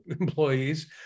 employees